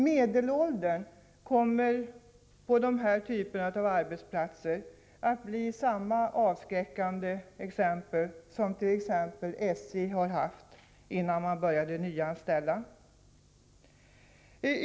Medelåldern för personalen på arbetsplatser av denna typ kommer att bli densamma som när det gäller det avskräckande exempel som fanns inom SJ, innan man där började nyanställa.